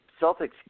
Celtics